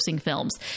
films